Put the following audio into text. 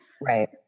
Right